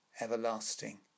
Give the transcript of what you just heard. everlasting